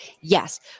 Yes